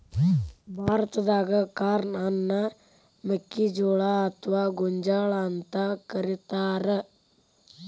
ಭಾರತಾದಾಗ ಕಾರ್ನ್ ಅನ್ನ ಮೆಕ್ಕಿಜೋಳ ಅತ್ವಾ ಗೋಂಜಾಳ ಅಂತ ಕರೇತಾರ